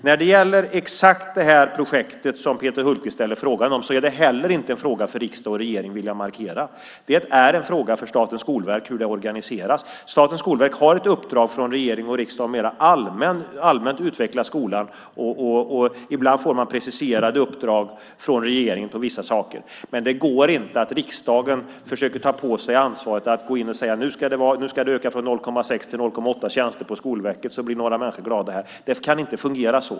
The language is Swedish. När det gäller exakt det projekt som Peter Hultqvist frågar om, vill jag markera att inte heller det är en fråga för riksdag och regering. Det är en fråga för Statens skolverk hur det organiseras. Statens skolverk har ett uppdrag från regering och riksdag om att mer allmänt utveckla skolan. Ibland får man preciserade uppdrag från regeringen, men det går inte att riksdagen försöker ta på sig ansvaret att säga att nu ska det öka från 0,6 till 0,8 tjänst på Skolverket och så blir några människor glada. Det kan inte fungera så.